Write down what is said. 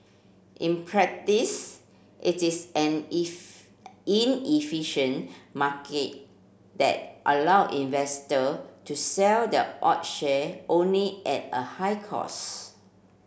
in practice it is an inefficient market that allow investor to sell the odd share only at a high cost